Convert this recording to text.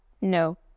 no